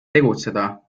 tegutseda